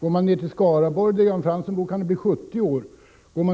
Går man ner till Skaraborg, där Jan Fransson bor, kan det vara en 70-åring.